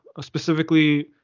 specifically